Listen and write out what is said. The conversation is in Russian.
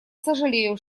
сожалею